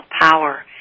power